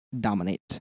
dominate